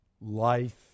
life